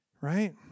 right